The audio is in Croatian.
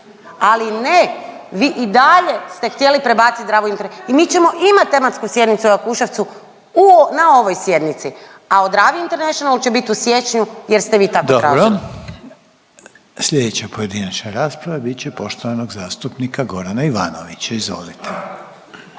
Ali ne, vi i dalje ste htjeli prebacit Dravu international. I mi ćemo imat tematsku sjednicu o Jakuševcu u na ovoj sjednici, a o Dravi international će bit u siječnju jer ste vi trako tražili. **Reiner, Željko (HDZ)** Dobro. Slijedeća pojedinačna rasprava, bit će poštovanog zastupnika Gorana Ivanovića. Izvolite.